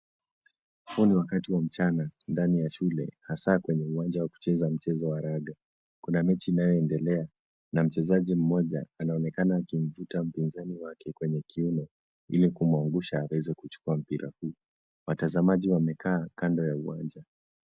Huu ni wakati wa mchana ndani ya shule hasa kwenye uwanja wa kucheza mchezo wa raga. Kuna mechi inayoendelea na mchezaji mmoja naonekana akimvuta mpinzani wake kwenye kiuno ili kumwangusha akaweze kuuchukua mpira huu. Watazamaji wamekaa kando ya uwanja.